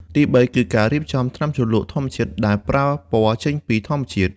ទីបីគឺការរៀបចំថ្នាំជ្រលក់ធម្មជាតិ ដែលប្រើពណ៌ចេញពីធម្មជាតិ។